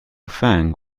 feng